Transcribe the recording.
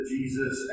Jesus